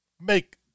make